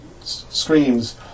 screams